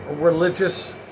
religious